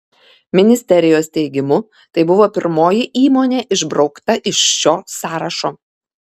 ministerijos teigimu tai buvo pirmoji įmonė išbraukta iš šio sąrašo